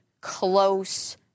close